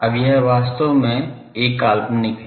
अब यह वास्तव में एक काल्पनिक है